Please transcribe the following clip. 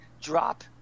drop